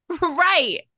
Right